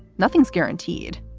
nothing's guaranteed,